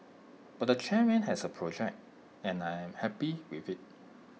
but the chairman has A project and I am happy with IT